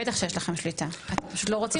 בטח שיש לכם שליטה, אתם פשוט לא רוצים.